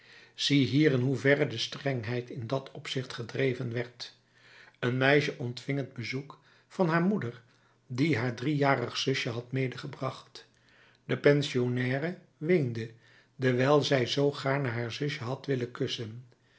ziehier in hoeverre de strengheid in dat opzicht gedreven werd een meisje ontving het bezoek van haar moeder die haar driejarig zusje had meegebracht de pensionnaire weende dewijl zij zoo gaarne haar zusje had willen kussen